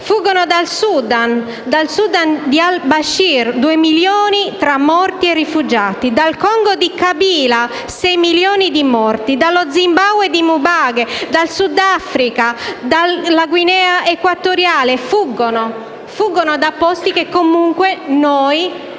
fuggono? Fuggono dal Sudan di al-Bashir: due milioni tra morti e rifugiati; dal Congo di Kabila: sei milioni di morti; dallo Zimbawe di Mugabe, dal Sudafrica, dalla Guinea equatoriale. Fuggono, fuggono da posti che, comunque, noi europei